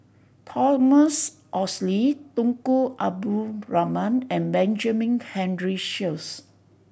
Thomas Oxley Tunku Abdul Rahman and Benjamin Henry Sheares